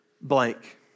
blank